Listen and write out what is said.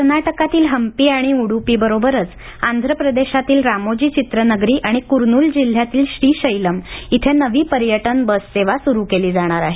कर्नाटकातील हंपी आणि उड्पीबरोबरच आंध्र प्रदेशातील रामोजी चित्रनगरी आणि कुर्नुल जिल्ह्यातील श्रीशैलम इथे नवी पर्यटन बससेवा सुरू केली जाणार आहे